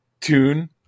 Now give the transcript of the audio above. tune